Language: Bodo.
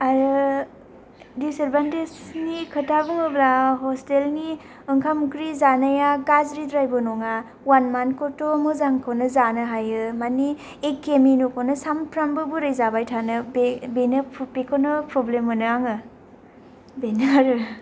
आरो डिसएदबानथेसनि खोथा बुङोब्ला हसथेलनि ओंखाम ओंख्रि जानाया गाज्रि द्रायबो नङा वआन मानखौथ' मोजांखौनो जानो हायो मानि एखे मेनुखौनो सानफ्रोमबो बोरै जाबाय थानो बे बेनो बेखौनो फ्रब्लेम मोनो आङो बेनो आरो